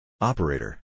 Operator